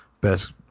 best